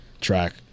track